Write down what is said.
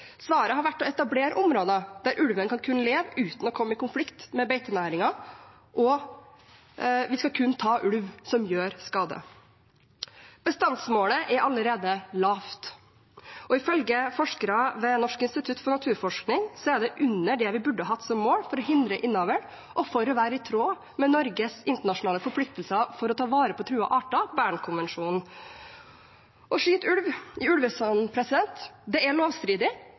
Svaret har vært å etablere områder der ulven har kunnet leve uten å komme i konflikt med beitenæringen, og vi skal kun ta ulv som gjør skade. Bestandsmålet er allerede lavt, og ifølge forskere ved Norsk institutt for naturforskning er det under det vil burde hatt som mål for å hindre innavl og for å være i tråd med Norges internasjonale forpliktelser for å ta vare på truede arter, Bernkonvensjonen. Å skyte ulv i ulvesonen er lovstridig, det er